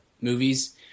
movies